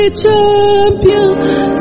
champion